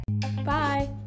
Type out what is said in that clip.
Bye